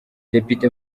depite